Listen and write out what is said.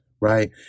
Right